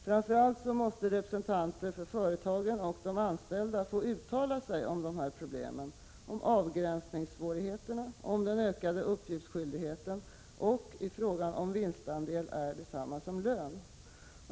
Framför allt måste representanter för företagen och de anställda få uttala sig om de här problemen: om avgränsningssvårigheterna, om den ökade uppgiftsskyldigheten och i fråga om vinstandel är detsamma som lön.